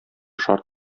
шарт